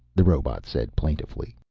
the robot said plaintively.